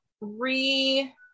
re